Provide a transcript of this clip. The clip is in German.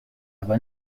aber